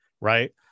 right